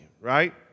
right